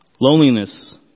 Loneliness